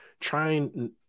trying